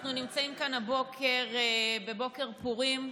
אנחנו נמצאים כאן הבוקר בבוקר פורים,